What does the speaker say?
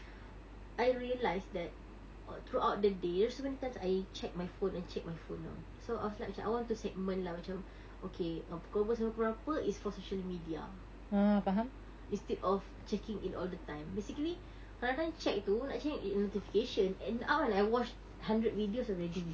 I realise that throughout the day there are so many times I check my phone and check my phone [tau] so I was like macam I want to segment lah macam okay pukul berapa sampai pukul berapa is for social media instead of checking it all the time basically kadang-kadang check tu actually in notification and an hour and I watch hundred videos already